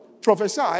prophesy